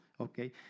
Okay